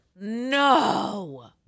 No